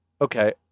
Okay